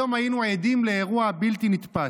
היום היינו עדים לאירוע בלתי נתפס,